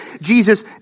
Jesus